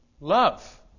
Love